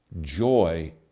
Joy